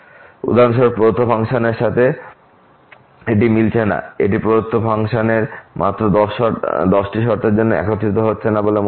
উদাহরণস্বরূপ প্রদত্ত ফাংশনের সাথে এটি মিলছে না এটি প্রদত্ত ফাংশনে মাত্র 10 টি শর্তের জন্য এটি একত্রিত হচ্ছে না বা মনে হচ্ছে